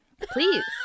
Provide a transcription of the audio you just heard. Please